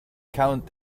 count